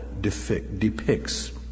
depicts